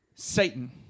Satan